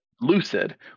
lucid